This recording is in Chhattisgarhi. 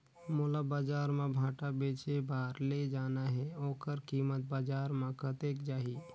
मोला बजार मां भांटा बेचे बार ले जाना हे ओकर कीमत बजार मां कतेक जाही?